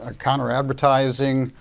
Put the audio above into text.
ah counter-advertising,